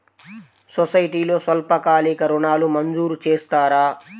సొసైటీలో స్వల్పకాలిక ఋణాలు మంజూరు చేస్తారా?